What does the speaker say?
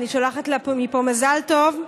אני שולחת לה מפה מזל טוב.